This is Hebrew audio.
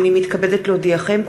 הנני מתכבדת להודיעכם,